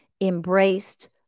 embraced